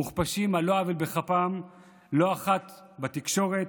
מוכפשים על לא עוול בכפם לא אחת בתקשורת,